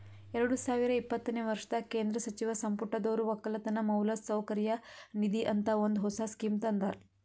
ಎರಡು ಸಾವಿರ ಇಪ್ಪತ್ತನೆ ವರ್ಷದಾಗ್ ಕೇಂದ್ರ ಸಚಿವ ಸಂಪುಟದೊರು ಒಕ್ಕಲತನ ಮೌಲಸೌಕರ್ಯ ನಿಧಿ ಅಂತ ಒಂದ್ ಹೊಸ ಸ್ಕೀಮ್ ತಂದಾರ್